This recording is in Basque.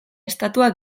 estatua